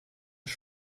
ist